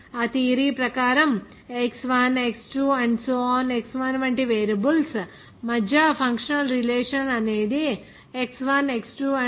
ఆ థియరీ ప్రకారం X1X2 Xn వంటి వేరియబుల్స్ మధ్య ఫంక్షనల్ రిలేషన్ అనేది X1 X2